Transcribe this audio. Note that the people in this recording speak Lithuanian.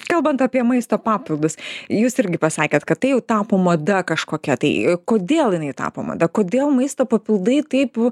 kalbant apie maisto papildus jūs irgi pasakėt kad tai jau tapo mada kažkokia tai kodėl jinai tapo mada kodėl maisto papildai taip